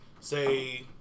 say